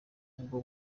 ubwo